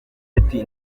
ati